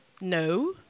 no